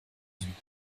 süden